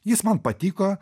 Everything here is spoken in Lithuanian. jis man patiko